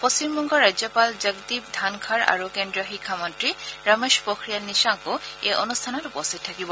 পশ্চিমবংগৰ ৰাজ্যপাল জগদ্বীপ ধানখড় আৰু কেন্দ্ৰীয় শিক্ষামন্ত্ৰী ৰমেশ পোখৰিয়াল নিশাংকো এই অনুষ্ঠানত উপস্থিত থাকিব